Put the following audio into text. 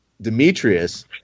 Demetrius